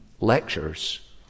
Lectures